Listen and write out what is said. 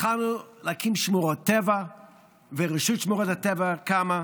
התחלנו להקים שמורות טבע ורשות שמורות הטבע קמה.